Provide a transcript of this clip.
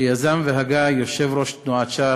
שיזם והגה יושב-ראש תנועת ש"ס,